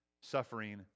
suffering